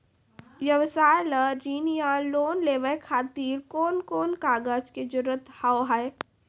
व्यवसाय ला ऋण या लोन लेवे खातिर कौन कौन कागज के जरूरत हाव हाय?